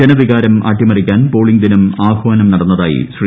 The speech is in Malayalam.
ജനവികാരം അട്ടിമറിക്കാൻ പോളിംഗ് ദിനം ആഹ്വാനം നട്ന്നതായി ശ്രീ